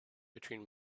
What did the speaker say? between